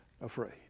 afraid